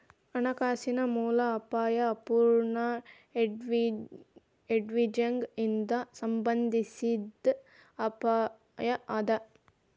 ಹಣಕಾಸಿನ ಮೂಲ ಅಪಾಯಾ ಅಪೂರ್ಣ ಹೆಡ್ಜಿಂಗ್ ಇಂದಾ ಸಂಬಂಧಿಸಿದ್ ಅಪಾಯ ಅದ